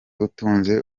utunze